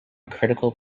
critical